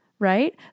right